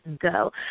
go